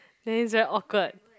then it's very awkward